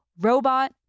Robot